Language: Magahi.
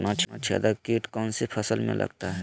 तनाछेदक किट कौन सी फसल में लगता है?